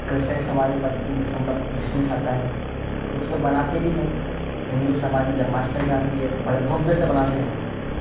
Christian समाज में पच्चीस दिसम्बर को क्रिसमस आता है कुछ लोग मनाते भी हैं हिन्दू समाज में जन्माष्टमी आती है बड़े भव्य से मनाते हैं